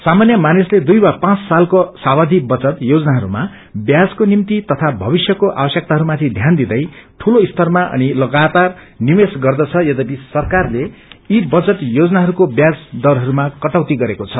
सामान्य मानिसले दुई वा पाँच सालको सावधि बचत योजनाहरूमा ब्याजको निग्ति तया भविष्यको आवश्यकताहरूमाथि ष्यान दिदै दूलो स्तरमा अनि लगातार निवेश गर्दछ यध्यपि सरकारले यी बजट योजनाइरूको व्याज दरछरूमा कटौती गरेको छ